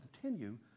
continue